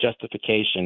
justification